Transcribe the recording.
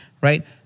right